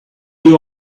you